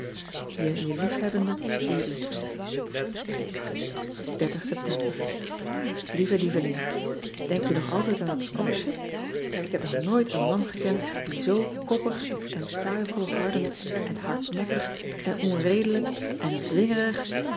e je liefhebbende udy eptember ieve lieveling enk je nog altijd aan dat scholarship k heb nog nooit een man gekend die zoo koppig en taaivolhardend en hardnekkig en onredelijk en